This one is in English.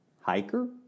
hiker